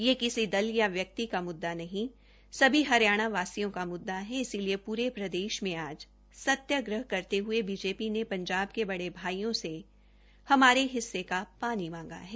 यह किसी दल या व्यक्ति का मुद्दा नहीं सभी हरियाणावासियों का मुद्दा है इसलिए पूरे प्रदेश में आज सत्याग्रह करते हुए भाजपा ने पंजाब के बड़े भाईयों से हमारे हिस्से का पानी मांगा है